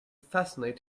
fascinate